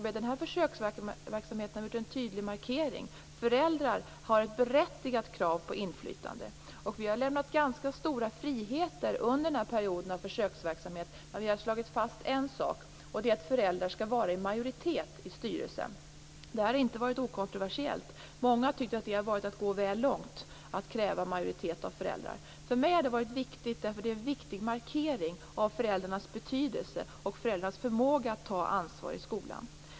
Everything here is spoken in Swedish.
Med denna försöksverksamhet har vi gjort en tydlig markering - föräldrar har ett berättigat krav på inflytande. Och vi har lämnat ganska stora friheter under denna försöksverksamhet. Men vi har slagit fast en sak, nämligen att föräldrar skall vara i majoritet i styrelserna. Detta har inte varit okontroversiellt. Många har tyckt att det har varit att gå väl långt att kräva majoritet av föräldrar. För mig har det varit viktigt, eftersom det är en viktig markering av föräldrarnas betydelse och föräldrarnas förmåga att ta ansvar i skolan.